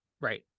right